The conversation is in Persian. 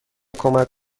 کمک